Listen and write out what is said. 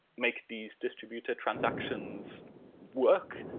make these distributed transactions work,